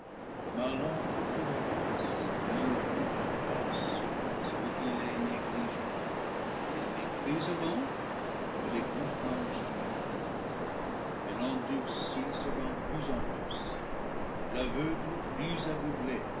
tolérance et mon jour de grâce ceux qui les négligeront et les mépriseront ne les goûteront jamais mais l'endurci sera plus endurci l'aveugle plus aveuglé